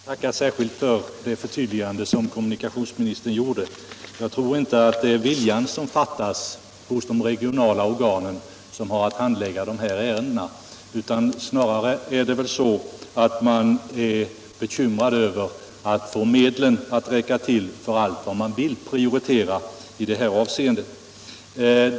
Herr talman! Jag tackar särskilt för det förtydligande som kommunikationsministern gjorde. Jag tror inte att det är viljan som fattas hos de regionala organ som har att handlägga de här ärendena, utan snarare är det väl så att man är bekymrad när det gäller att få medlen att räcka till för allt vad man vill prioritera i detta avseende.